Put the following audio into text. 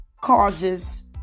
causes